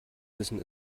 müssen